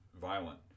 violent